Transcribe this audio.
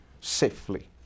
safely